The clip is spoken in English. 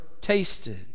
tasted